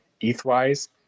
ETH-wise